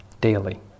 daily